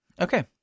Okay